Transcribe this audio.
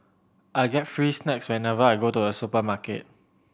I get free snacks whenever I go to a supermarket